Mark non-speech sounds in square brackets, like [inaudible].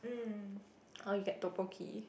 [breath] or you get tteokbokki